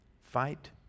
Fight